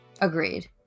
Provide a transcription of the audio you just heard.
agreed